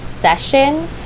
session